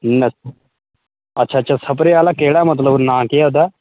अच्छा अच्छा सबरै आह्ला केह्ड़ा मतलब नांऽ केह् ओह्दा